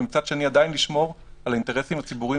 ומצד שני עדיין לשמור על האינטרסים הציבוריים